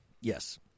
yes